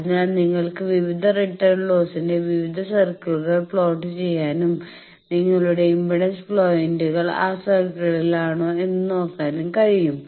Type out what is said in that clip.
അതിനാൽ നിങ്ങൾക്ക് വിവിധ റിട്ടേൺ ലോസ്സസിന്റെ വിവിധ സർക്കിളുകൾ പ്ലോട്ട് ചെയ്യാനും നിങ്ങളുടെ ഇംപെഡൻസ് പോയിന്റുകൾ ആ സർക്കിളിനുള്ളിലാണോ എന്ന് നോക്കാനും കഴിയും